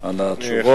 על התשובות.